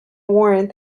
warrant